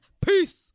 Peace